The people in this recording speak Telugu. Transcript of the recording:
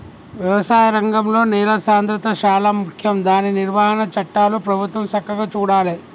వ్యవసాయ రంగంలో నేల సాంద్రత శాలా ముఖ్యం దాని నిర్వహణ చట్టాలు ప్రభుత్వం సక్కగా చూడాలే